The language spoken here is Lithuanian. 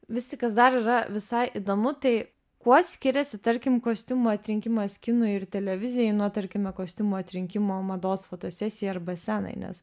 visi kas dar yra visai įdomu tai kuo skiriasi tarkim kostiumų atrinkimas kinui ir televizijai nuo tarkime kostiumų atrinkimo mados fotosesijai arba scenai nes